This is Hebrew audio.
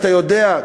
אתה יודע,